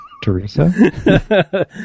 Teresa